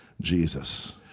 Jesus